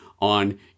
on